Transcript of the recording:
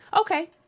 Okay